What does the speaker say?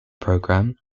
program